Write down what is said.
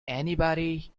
anybody